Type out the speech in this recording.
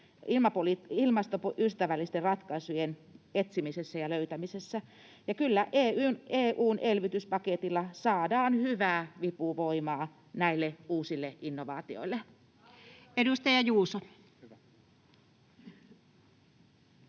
ilmastoystävällisten ratkaisujen etsimisessä ja löytämisessä, ja kyllä EU:n elvytyspaketilla saadaan hyvää vipuvoimaa näille uusille innovaatioille. Edustaja Juuso.